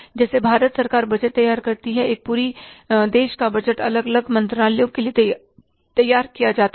जैसे भारत सरकार बजट तैयार करती है एक पूरे देश का बजट अलग अलग मंत्रालयों के लिए तैयार किया जाता है